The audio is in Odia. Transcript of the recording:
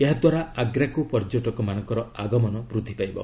ଏହାଦ୍ୱାରା ଆଗ୍ରାକୁ ପର୍ଯ୍ୟଟକମାନଙ୍କର ଆଗମନ ବୃଦ୍ଧି ପାଇବ